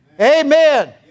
Amen